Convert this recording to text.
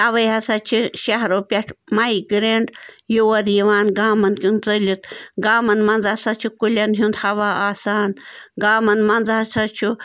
اَوَے ہَسا چھِ شَہرو پٮ۪ٹھ مایگرینٛٹ یور یِوان گامَن کیُن ژٔلِتھ گامَن منٛز ہَسا چھُ کُلٮ۪ن ہُنٛد ہوا آسان گامَن منٛز ہَسا چھُ